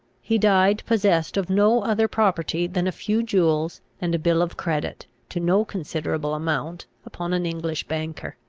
he died possessed of no other property than a few jewels, and a bill of credit, to no considerable amount, upon an english banker.